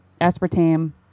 aspartame